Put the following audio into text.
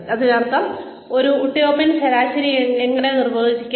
ഇതിനർത്ഥം ഈ ഉട്ടോപ്യൻ ശരാശരിയെ എങ്ങനെ നിർവചിക്കാം